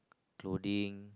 clothing